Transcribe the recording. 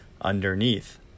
underneath